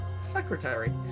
secretary